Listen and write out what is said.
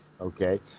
Okay